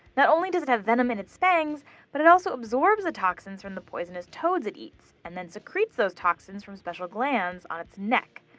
not only does it have venom in its fangs but it also absorbs the toxins from the poisonous toads it eats, and then secretes those toxins from special glands on its neck,